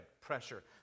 pressure